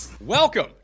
Welcome